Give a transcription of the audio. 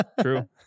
True